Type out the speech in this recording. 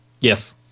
Yes